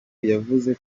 yavuze